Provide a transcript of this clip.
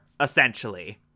essentially